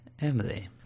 Emily